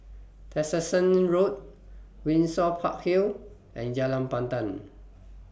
Tessensohn Road Windsor Park Hill and Jalan Pandan